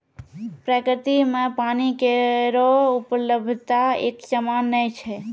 प्रकृति म पानी केरो उपलब्धता एकसमान नै छै